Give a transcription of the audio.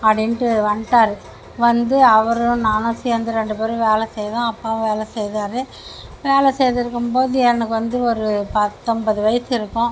அப்படிண்டு வன்துட்டாரு வந்து அவரும் நானும் சேர்ந்து ரெண்டு பேரும் வேலை செய்தோம் அப்பாவும் வேலை செய்தார் வேல செய்திருக்கும் போது எனக்கு வந்து ஒரு பத்தன்போது வயது இருக்கும்